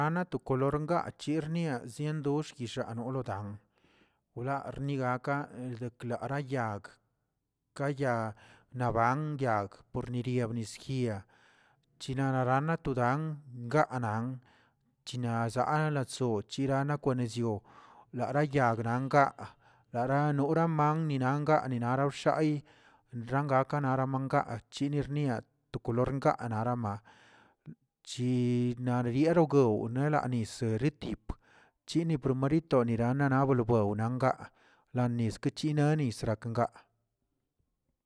Ana to kolor ngaa chirnia ziendox yixa nooldan wlaa rni gakan el declara yag, ka ya naban yag pornibria nisyira chinaranatoda dan ngaanan chnazalə lo chsoo ochinara lo kwezioꞌ nara yag langaa nara noran man ninan ngaa ninaro xaayi xangakarama ramangaa chiꞌ nirniaꞌ to kolor ngaa narama chi niaryero goo nela nisə ritipə chini primorito niran ninablowew nangaa la niskachani nis rakngaa.